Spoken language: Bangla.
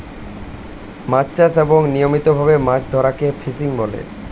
মাছ চাষ এবং নিয়মিত ভাবে মাছ ধরাকে ফিশিং বলে